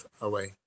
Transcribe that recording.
away